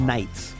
Nights